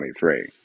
2023